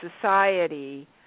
society